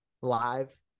live